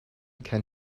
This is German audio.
kein